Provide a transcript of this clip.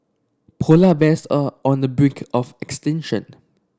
polar bears are on the brink of extinction